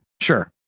sure